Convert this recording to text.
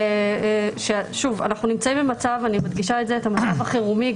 שאנחנו נמצאים במצב החירומי.